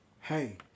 hey